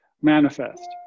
manifest